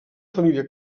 família